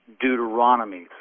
deuteronomy